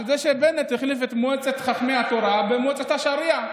על זה שבנט החליף את מועצת חכמי התורה במועצת השריעה.